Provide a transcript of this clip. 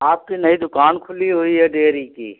आपकी नई दुकान खुली हुई है डेयरी की